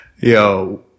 Yo